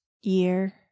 year